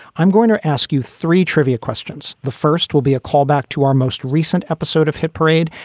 i'm going to ask you three trivia questions. the first will be a callback to our most recent episode of hit parade.